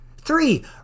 Three